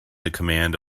command